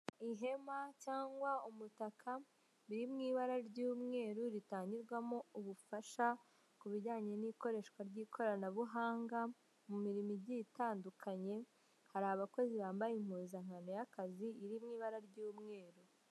Ihema cyangwa umutaka biri mu mu ibara ry'umweru ritangirwamo ubufasha kubijyanye n'ikoreshwa ry'ikoranabuhanga mu mirimo igiye itandukanye, hari abakozi bambaye impuzankano y'akazi iri mu ibara ry'umweru.